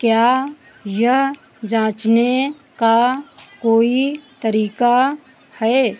क्या यह जाँचने का कोई तरीका है कि केरल राज्य विद्युत बोर्ड लिमिटेड को भीम यू पी आई के माध्यम से मेरा है हालिया बिजली बिल भुगतान ठीक से हुआ है या नहीं